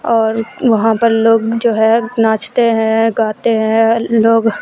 اور وہاں پر لوگ جو ہے ناچتے ہیں گاتے ہیں لوگ